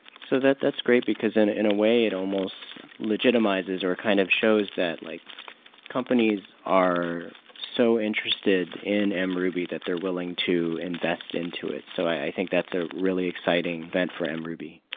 so that's great, because in in a way it almost legitimizes or kind of shows that like companies are so interested in mruby that they're willing to invest into it. so i think that's a really exciting vent for and mruby.